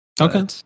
Okay